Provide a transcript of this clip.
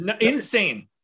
Insane